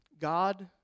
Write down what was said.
God